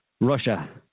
Russia